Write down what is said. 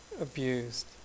abused